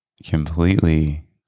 completely